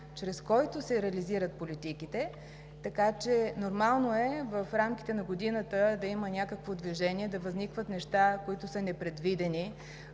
чрез който се реализират политиките, така че нормално е в рамките на годината да има някакво движение, да възникват неща, които не са предвидени,